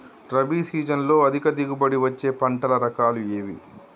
రబీ సీజన్లో అధిక దిగుబడి వచ్చే పంటల రకాలు ఏవి?